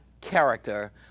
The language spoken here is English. character